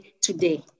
today